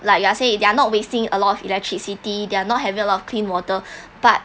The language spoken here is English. like you are say they are not wasting a lot of electricity they are not having a lot of clean water but